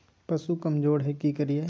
पशु कमज़ोर है कि करिये?